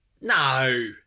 No